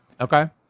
Okay